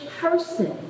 person